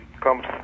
comes